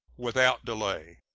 without delay.